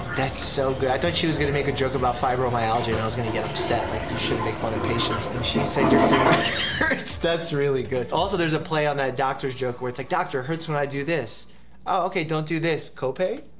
that's so good, i thought she was gonna make a joke about fibromyalgia, and i was gonna get upset, like you shouldn't make fun of patients, and she said your finger hurts. that's really good. also, there's a play on that doctor's joke where it's like, doctor, hurts when i do this. oh okay, don't do this, copay.